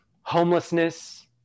homelessness